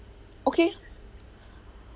okay